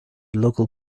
local